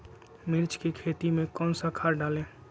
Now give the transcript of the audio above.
मिर्च की खेती में कौन सा खाद डालें?